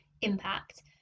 impact